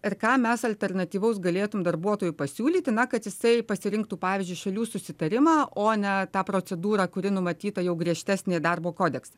ir ką mes alternatyvaus galėtum darbuotojų pasiūlyti na kad jisai pasirinktų pavyzdžiui šalių susitarimą o ne tą procedūrą kuri numatyta jau griežtesnė darbo kodekse